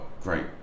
great